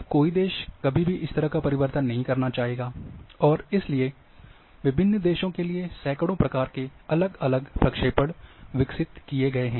अब कोई देश कभी भी इस तरह का परिवर्तन नहीं करना चाहेगा और इसलिए विभिन्न देशों के लिए सैकड़ों प्रकार के अलग अलग प्रक्षेपण विकसित किए गए हैं